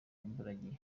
imburagihe